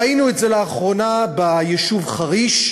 ראינו את זה לאחרונה ביישוב חריש,